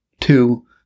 Two